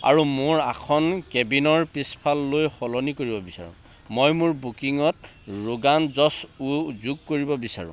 আৰু মোৰ আসন কেবিনৰ পিছফাললৈ সলনি কৰিব বিচাৰোঁ মই মোৰ বুকিঙত ৰোগান জছো যোগ কৰিব বিচাৰোঁ